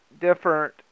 different